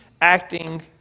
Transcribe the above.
acting